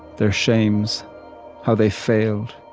their shames how they failed.